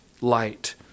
light